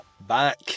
Back